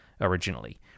originally